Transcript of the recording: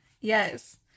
yes